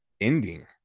ending